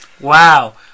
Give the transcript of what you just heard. Wow